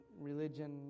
religion